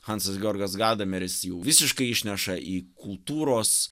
hansas georgas gadameris jau visiškai išneša į kultūros